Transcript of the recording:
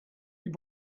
you